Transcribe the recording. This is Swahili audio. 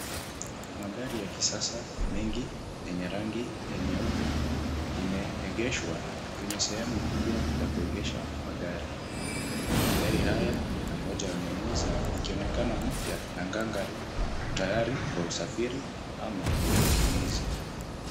Magari ya kisasa mengi yenye rangi ya nyeupe, imeegeshwa kwenye sehemu kubwa la kuegesha magari. Magari haya yanangoja wanunuzi, ikionekana mpya na gangare tayari kwa usafiri ama utumizi.